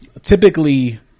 typically